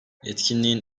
etkinliğin